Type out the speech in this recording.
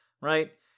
Right